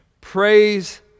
Praise